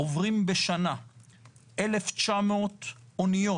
עוברים בשנה 1,900 אוניות,